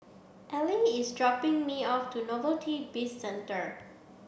Ell is dropping me off to Novelty Bizcentre